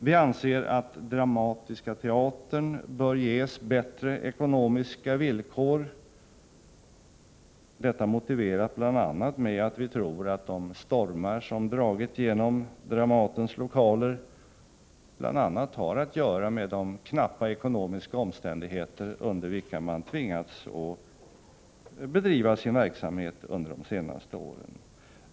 Vi anser att Dramatiska teatern bör ges bättre ekonomiska villkor, detta motiverat bl.a. med att vi tror att de stormar som dragit genom Dramatens lokaler bl.a. har att göra med de knappa ekonomiska omständigheter under vilka man de senaste åren tvingats bedriva sin verksamhet.